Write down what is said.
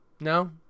No